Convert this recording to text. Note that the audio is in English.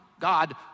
God